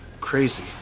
crazy